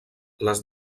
les